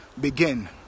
begin